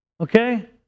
Okay